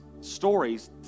stories